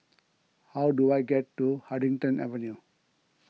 how do I get to Huddington Avenue